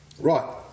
Right